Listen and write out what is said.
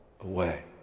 away